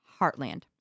Heartland